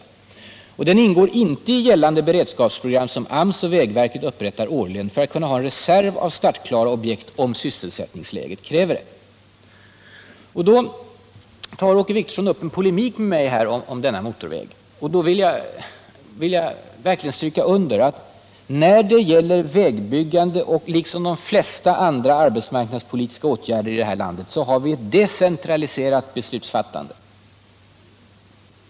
Denna vägsträcka ingår inte i gällande beredskapsprogram, som AMS och vägverket upprättar årligen för att kunna ha en reserv av startklara objekt om sysselsättningsläget kräver det. Åke Wictorsson tar upp en polemik med mig om denna motorväg. Jag vill därför stryka under att vi när det gäller vägbyggandet, liksom de flesta andra arbetsmarknadspolitiska åtgärder i det här landet, har ett decentraliserat beslutsfattande.